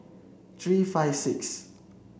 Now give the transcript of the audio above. three five six